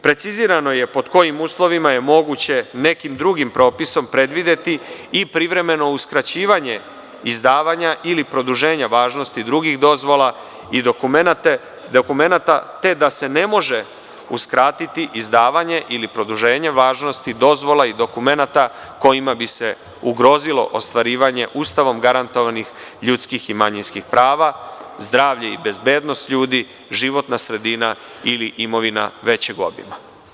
Precizirano je pod kojim uslovima je moguće nekim drugim propisom predvideti i privremeno uskraćivanje izdavanja ili produženja važnosti drugih dozvola i dokumenata, te da se ne može uskratiti izdavanje ili produženje važnosti dozvola i dokumenata kojima bi se ugrozilo ostvarivanje Ustavom garantovanih ljudskih i manjinskih prava, zdravlje i bezbednosti ljudi, životna sredina ili imovina većeg obima.